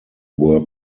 were